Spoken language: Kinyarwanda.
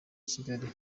kigali